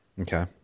Okay